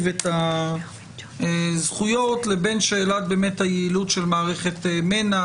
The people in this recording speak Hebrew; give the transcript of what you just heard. את הזכויות לבין שאלת היעילות של מערכת מנע,